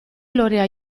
lorea